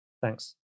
Thanks